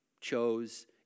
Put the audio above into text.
chose